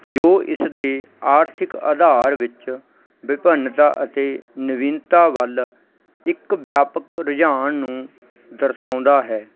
ਜੋ ਇਸਦੇ ਆਰਥਿਕ ਆਧਾਰ ਵਿੱਚ ਵਿਭਿੰਨਤਾ ਅਤੇ ਨਵੀਨਤਾ ਵੱਲ ਇੱਕ ਵਿਆਪਕ ਰੁਝਾਣ ਨੂੰ ਦਰਸਾਉਂਦਾ ਹੈ